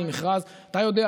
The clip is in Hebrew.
אתה יודע,